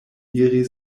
iri